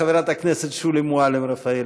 חברת הכנסת שולי מועלם-רפאלי.